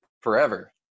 forever